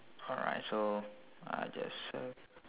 correct so I just so